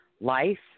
Life